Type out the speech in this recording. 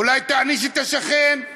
אולי תעניש את השכן?